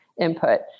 input